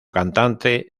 cantante